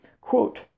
Quote